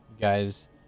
guys